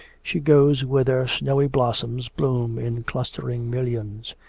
she goes whither snowy blossoms bloom in clustering millions.